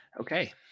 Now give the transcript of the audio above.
okay